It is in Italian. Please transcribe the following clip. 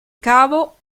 cavo